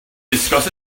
discuss